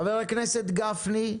חבר הכנסת גפני,